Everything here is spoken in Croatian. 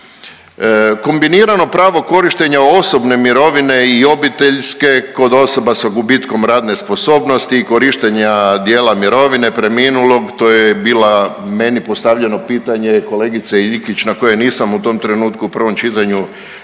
Kombinirano pravo korištenja osobne mirovine i obiteljske kod osoba sa gubitkom radne sposobnosti i korištenja dijela mirovine preminulog to je bilo meni postavljeno pitanje kolegice Iljkić na koje nisam u tom trenutku u prvom čitanju